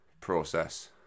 Process